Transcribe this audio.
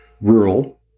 rural